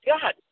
God